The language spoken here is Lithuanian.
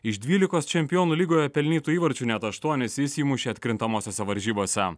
iš dvylikos čempionų lygoje pelnytų įvarčių net aštuonis jis įmušė atkrintamosiose varžybose